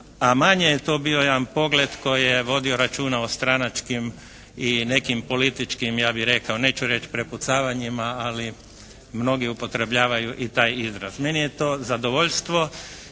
a manje je to bio jedan pogled koji je vodio računa o stranačkim i nekim političkim ja bih rekao, neću reći prepucavanjima, ali mnogi upotrebljavaju i taj izraz. Meni je to zadovoljstvo